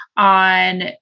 On